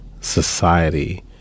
society